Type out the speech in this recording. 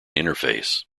interface